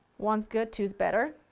one's good, twos's better.